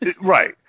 Right